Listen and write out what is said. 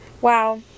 Wow